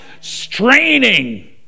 straining